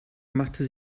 machte